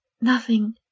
nothing